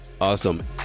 awesome